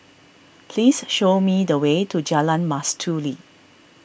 please show me the way to Jalan Mastuli